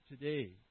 today